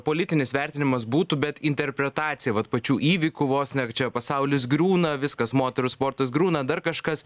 politinis vertinimas būtų bet interpretacija vat pačių įvykių vos ne čia pasaulis griūna viskas moterų sportas griūna dar kažkas